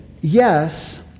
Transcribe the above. yes